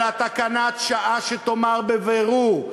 אלא תקנת שעה שתאמר בבירור: